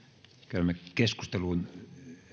käymme keskusteluun